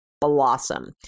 blossom